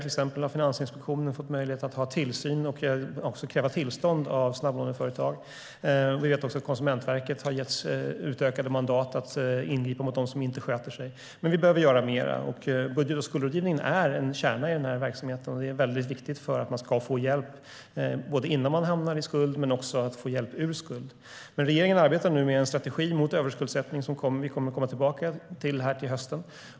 Finansinspektionen har till exempel fått möjlighet att ha tillsyn och också kräva tillstånd av snabblåneföretag. Vi vet också att Konsumentverket har getts utökade mandat att ingripa mot dem som inte sköter sig. Vi behöver dock göra mer. Budget och skuldrådgivning är en kärna i den här verksamheten, och det är väldigt viktigt för att man ska få hjälp både innan man hamnar i skuld och också att få hjälp ur sin skuld. Regeringen arbetar nu med en strategi mot överskuldsättning som vi kommer att komma tillbaka till här till hösten.